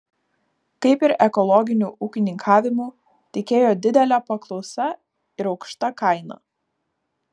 kaip ir ekologiniu ūkininkavimu tikėjo didele paklausa ir aukšta kaina